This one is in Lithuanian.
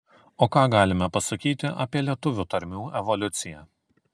o ką galime pasakyti apie lietuvių tarmių evoliuciją